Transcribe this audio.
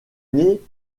née